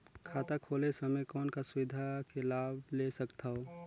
खाता खोले समय कौन का सुविधा के लाभ ले सकथव?